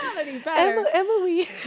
Emily